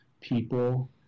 people